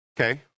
Okay